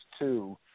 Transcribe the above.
two